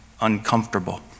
uncomfortable